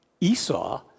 Esau